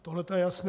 Tohleto je jasné.